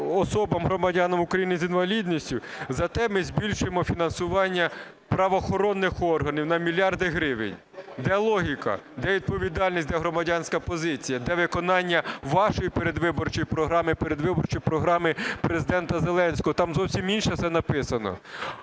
особам, громадянам України з інвалідністю, зате ми збільшуємо фінансування правоохоронних органів на мільярди гривень. Де логіка? Де відповідальність? Де громадянська позиція? Де виконання вашої передвиборчої програми, передвиборчої програми Президента Зеленського? Там зовсім інше все написано.